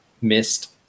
missed